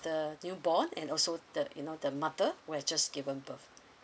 the newborn and also the you know the mother who has just given birth